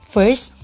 First